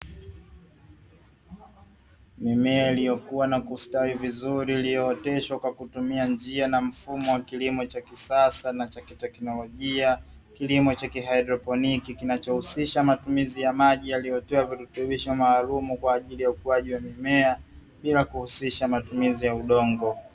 Mimea iliyokuwa na kustawi vizuri imekuwa na kustawi vizuri kilimo cha kieledroponiki kilichotiwa maji yenye virutubisho mbadala wa matumizi ya udongo